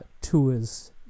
tours